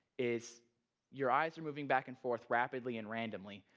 is your eyes are moving back and forth rapidly and randomly,